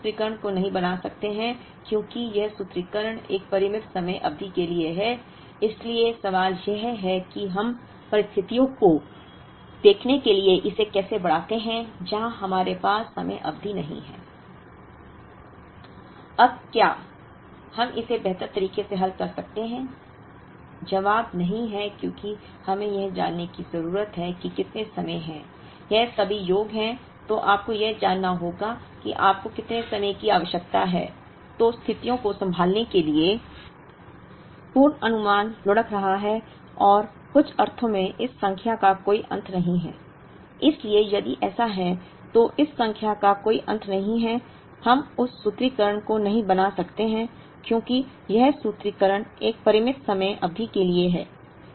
हम उस सूत्रीकरण को नहीं बना सकते हैं क्योंकि यह सूत्रीकरण एक परिमित समय अवधि के लिए है